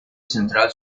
central